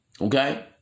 Okay